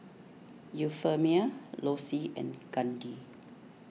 Euphemia Lossie and Candi